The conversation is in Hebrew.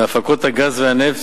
מהפקות הגז והנפט,